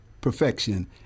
perfection